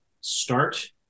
start